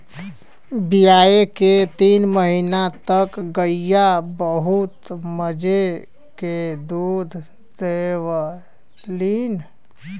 बियाये के तीन महीना तक गइया बहुत मजे के दूध देवलीन